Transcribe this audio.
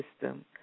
system